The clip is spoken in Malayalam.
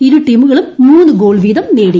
ഇരു ടീമുകളും മൂന്നു ഗോൾ വീതം നേടി